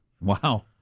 Wow